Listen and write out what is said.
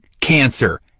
cancer